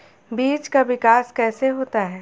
बीज का विकास कैसे होता है?